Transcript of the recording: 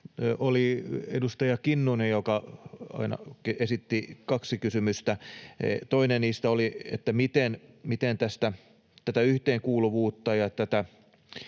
edustaja Kinnunen esitti, kaksi kysymystä, ja toinen niistä oli, että miten tätä yhteenkuuluvuutta saadaan